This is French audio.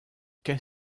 qu’est